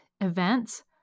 events